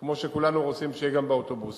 כמו שכולנו רוצים שיהיה גם באוטובוסים,